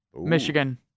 Michigan